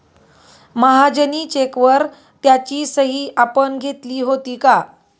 महाजनी चेकवर त्याची सही आपण घेतली होती का?